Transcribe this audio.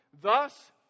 Thus